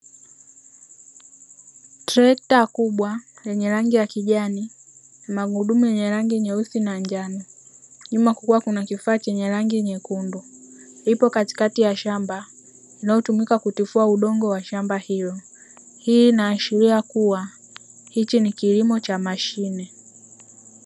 Trekta kubwa lenye rangi ya kijani, magurudumu yenye rangi nyeusi na njano, nyuma kukiwa kuna kifaa chenye rangi nyekundu ipo katikati ya shamba inayotumika kutifua udongo wa shamba hilo, hii inaashiria kuwa hichi ni kilimo cha mashine.